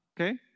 Okay